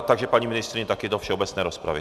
Takže paní ministryně také do všeobecné rozpravy.